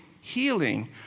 healing